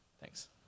Thanks